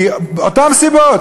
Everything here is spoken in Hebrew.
מאותן סיבות.